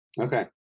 Okay